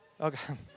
Okay